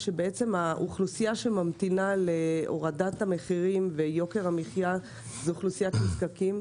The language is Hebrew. האוכלוסייה שממתינה להורדת המחירים ויוקר המחייה זו אוכלוסיית נזקקים.